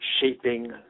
shaping